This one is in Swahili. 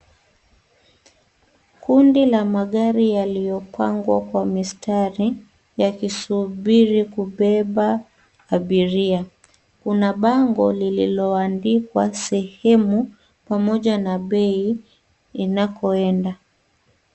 Kundi ya magari yaliyopangwa kwa mistari yakisubiri kubeba abiria. Kuna bango lililoandikwa sehemu pamoja na bei inakoenda.